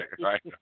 right